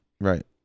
Right